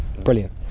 brilliant